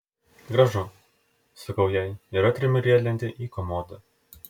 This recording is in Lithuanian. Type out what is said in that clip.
gražu sakau jai ir atremiu riedlentę į komodą